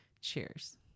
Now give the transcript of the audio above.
Cheers